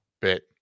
bit